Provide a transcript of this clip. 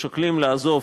או שוקלים לעזוב,